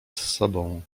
sobą